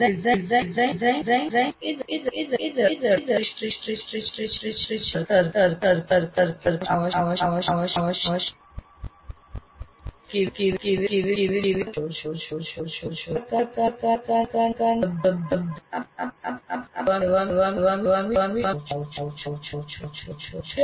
design ઉદાહરણમાં એ દર્શાવવાનું પણ સમાવિષ્ટ હશે કે સર્કિટ ની કાર્યાત્મક આવશ્યકતા શું છે આપ ઘટકો કેવી રીતે પસંદ કરો છો કયા પ્રકારનાં વિકલ્પો ઉપલબ્ધ છે આપ સર્કિટ ડિઝાઇન કરવા વિશે કેવી રીતે જાઓ છો